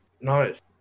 nice